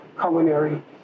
culinary